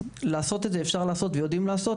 לעשות את זה אפשר לעשות ויודעים לעשות,